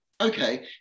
okay